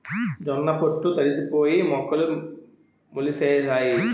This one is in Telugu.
జొన్న పొట్లు తడిసిపోయి మొక్కలు మొలిసేసాయి